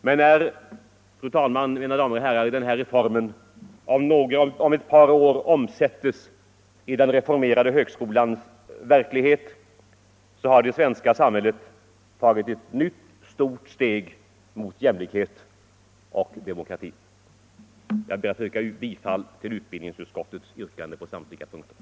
Men, fru talman och mina damer och herrar, när den här reformen om ett par år omsätts i den reformerade högskolans verklighet har det svenska samhället tagit ett nytt stort steg i riktning mot jämlikhet och demokrati. Jag ber att få yrka bifall till utbildningsutskottets yrkanden på samtliga punkter.